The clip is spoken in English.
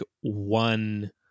one